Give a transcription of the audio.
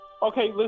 Okay